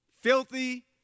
filthy